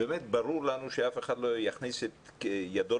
ברור לנו שאף אחד לא יכניס את ידו